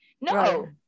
No